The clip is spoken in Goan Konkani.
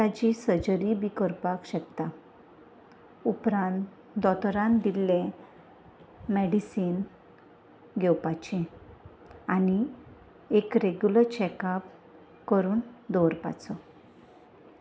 ताची सर्जरी बी करपाक शकता उपरांत दोतोरान दिल्ले मेडिसीन घेवपाचें आनी एक रेगुलर चॅकप करून दवरपाचो